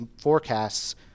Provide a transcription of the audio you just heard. forecasts